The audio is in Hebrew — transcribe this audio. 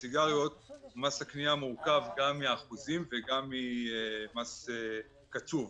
מס הקנייה על סיגריות מורכב מאחוזים וממס קצוב.